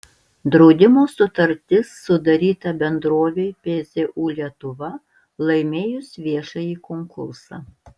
draudimo sutartis sudaryta bendrovei pzu lietuva laimėjus viešąjį konkursą